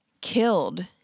killed